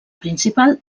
principal